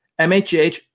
MHH